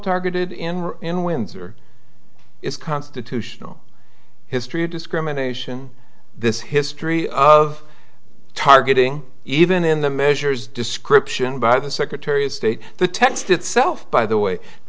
targeted in were in windsor is constitutional history of discrimination this history of targeting even in the measures description by the secretary of state the text itself by the way